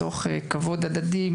מתוך כבוד הדדי,